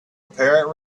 apparent